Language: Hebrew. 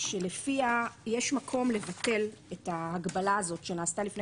שלפיה יש מקום לבטל את ההגבלה הזאת שנעשתה לפני